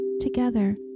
Together